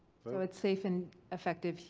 so it's safe and effective.